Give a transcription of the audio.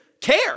care